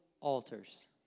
altars